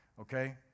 okay